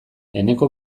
eneko